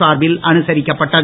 சார்பில் அனுசரிக்கப்பட்டது